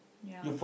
ya